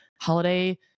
holiday